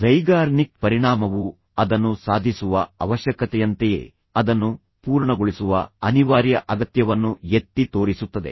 Zeigarnik ಪರಿಣಾಮವು ಅದನ್ನು ಸಾಧಿಸುವ ಅವಶ್ಯಕತೆಯಂತೆಯೇ ಅದನ್ನು ಪೂರ್ಣಗೊಳಿಸುವ ಅನಿವಾರ್ಯ ಅಗತ್ಯವನ್ನು ಎತ್ತಿ ತೋರಿಸುತ್ತದೆ